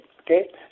okay